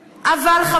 אבל,